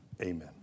Amen